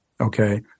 Okay